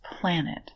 planet